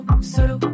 solo